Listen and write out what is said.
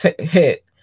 hit